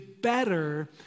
better